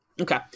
Okay